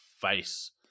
face